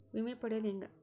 ವಿಮೆ ಪಡಿಯೋದ ಹೆಂಗ್?